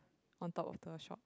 on top of the shop